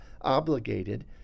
obligated